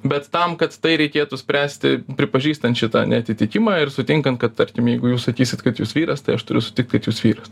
bet tam kad tai reikėtų spręsti pripažįstant šitą neatitikimą ir sutinkant kad tarkim jeigu jūs sakysit kad jūs vyras tai aš turiu sutikt kad jūs vyras